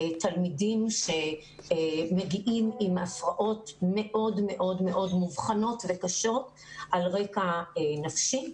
לתלמידים שמגיעים עם הפרעות מאוד מאוד מאובחנות וקשות על רקע נפשי.